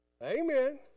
amen